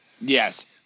Yes